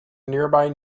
nearby